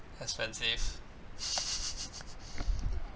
expensive